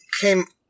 came